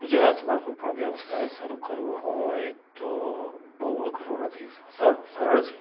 ગુજરાતમાં કોઈ પણ વ્યવસાય શરૂ કરવો હોય તો બહુ અઘરો નથી સ સરળ છે